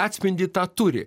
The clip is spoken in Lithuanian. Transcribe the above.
atspindį tą turi